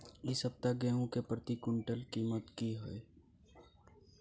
इ सप्ताह गेहूं के प्रति क्विंटल कीमत की हय?